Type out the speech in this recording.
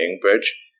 bridge